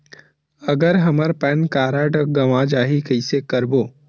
अगर हमर pan card गवां जाही कइसे करबो?